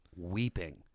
weeping